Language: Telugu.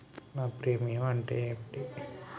నా ప్రీమియం అంటే ఏమిటి?